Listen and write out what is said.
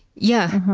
yeah.